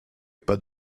pas